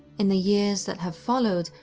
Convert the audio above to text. in the years that have followed,